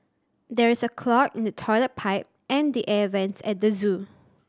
there is a clog in the toilet pipe and the air vents at the zoo